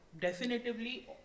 definitively